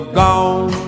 gone